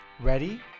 Ready